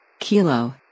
Kilo